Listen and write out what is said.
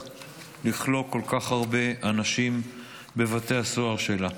לכלוא כל כך הרבה אנשים בבתי הסוהר שלה.